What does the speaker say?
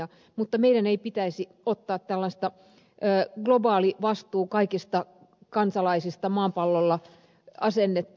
mutta meidän ei pitäisi ottaa tällaista globaali vastuu kaikista kansalaisista maapallolla asennetta